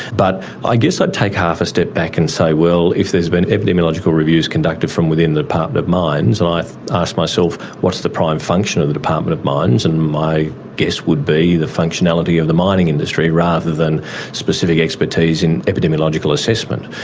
but i guess i'd take half a step back and say, well, if there's been epidemiological reviews conducted from within the department of mines, and i asked myself what is the prime function of the department of mines and my guess would be the functionality of the mining industry rather than specific expertise in epidemiological assessment.